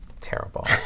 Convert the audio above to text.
terrible